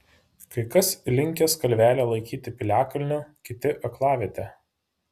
kai kas linkęs kalvelę laikyti piliakalniu kiti alkviete